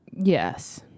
Yes